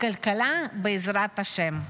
כלכלת בעזרת השם.